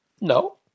No